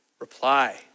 reply